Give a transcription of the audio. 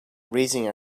raising